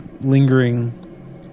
lingering